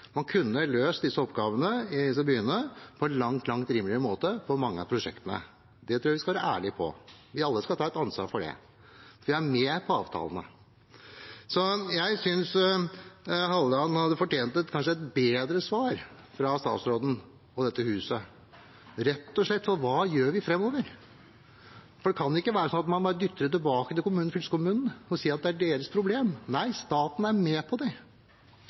Man kunne ha løst mange av prosjektene i disse byene på en langt, langt rimeligere måte. Det tror jeg vi skal være ærlige om – vi skal alle ta et ansvar for det, for vi er med på avtalene. Jeg synes Halleland hadde fortjent et bedre svar fra statsråden og dette huset, rett og slett. For hva gjør vi framover? Det kan ikke være sånn at man bare dytter det tilbake til kommunen og fylkeskommunen og sier at det er deres problem. Nei, staten er med på det